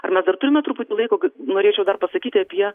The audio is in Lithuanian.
ar mes dar turime truputį laiko norėčiau dar pasakyti apie